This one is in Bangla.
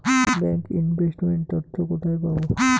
ব্যাংক ইনভেস্ট মেন্ট তথ্য কোথায় পাব?